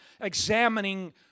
examining